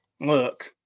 look